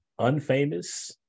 unfamous